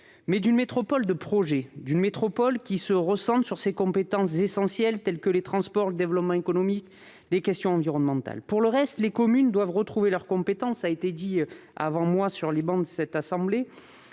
mais d'une métropole de projet, d'une métropole qui se recentre sur ses compétences essentielles telles que les transports, le développement économique, les questions environnementales. Pour le reste, les communes doivent retrouver leurs compétences, cela a été dit avant moi sur les travées de cette assemblée,